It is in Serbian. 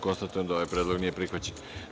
Konstatujem da ovaj predlog nije prihvaćen.